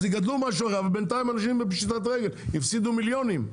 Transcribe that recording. אז יגדלו משהו אחד ובינתיים אנשים בפשיטת רגל הפסידו מיליונים.